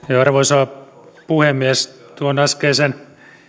arvoisa puhemies tuon äskeisen